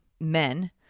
men